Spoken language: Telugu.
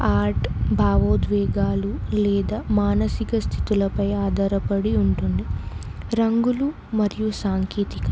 ఆర్ట్ భావోద్వేగాలు లేదా మానసిక స్థితులపై ఆధారపడి ఉంటుంది రంగులు మరియు సాంకేతిక